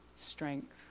strength